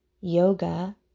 Yoga